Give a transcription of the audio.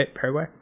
Paraguay